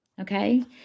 Okay